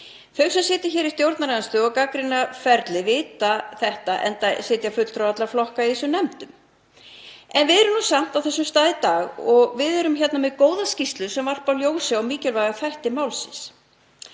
Þau sem sitja hér í stjórnarandstöðu og gagnrýna ferlið vita þetta enda sitja fulltrúar allra flokka í þessum nefndum. En við erum samt á þessum stað í dag og við erum hérna með góða skýrslu sem varpar ljósi á mikilvæga þætti málsins.